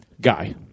Guy